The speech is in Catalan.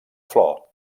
flor